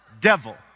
devil